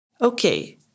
Okay